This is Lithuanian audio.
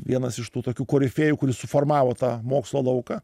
vienas iš tų tokių korifėjų kuris suformavo tą mokslo lauką